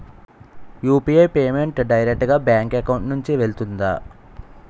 UPI payment direct గా bank account నుంచి వెళ్తుందా?